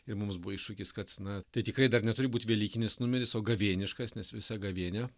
ir mums buvo iššūkis kad na tai tikrai dar neturi būt velykinis numeris o gavėniškas nes visą gavėnią